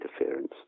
interference